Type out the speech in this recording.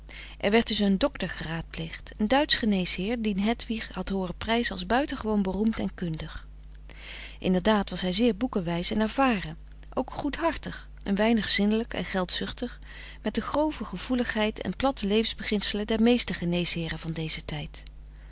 er werd dus een doctor geraadpleegd een duitsch geneesheer dien hedwig had hooren prijzen als buitengewoon beroemd en kundig inderdaad was hij zeer boekenwijs en ervaren ook goedhartig een weinig zinnelijk en geldzuchtig met de grove gevoeligheid en platte levensbeginselen der meeste geneesheeren van dezen tijd